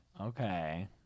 Okay